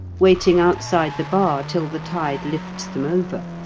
waiting outside the bar till the tide lifts them over.